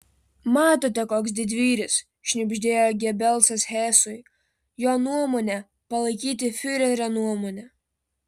matote koks didvyris šnibždėjo gebelsas hesui jo nuomonė palaikyti fiurerio nuomonę